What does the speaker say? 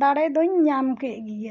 ᱫᱟᱲᱮ ᱫᱚᱧ ᱧᱟᱢ ᱠᱮᱫ ᱜᱮᱭᱟ